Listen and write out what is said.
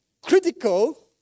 critical